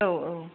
औ औ